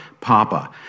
Papa